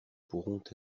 pourront